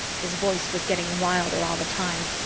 his voice was getting wilder all the time.